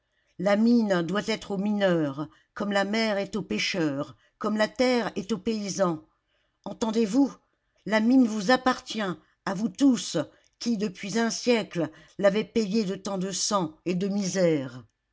la mine doit être au mineur comme la mer est au pêcheur comme la terre est au paysan entendez-vous la mine vous appartient à vous tous qui depuis un siècle l'avez payée de tant de sang et de misère